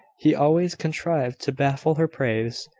he always contrived to baffle her praise.